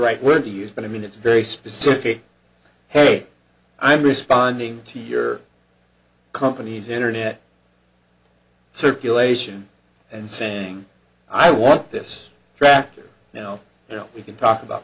right word to use but i mean it's very specific hey i'm responding to your company's internet circulation and saying i want this crap you know you know we can talk about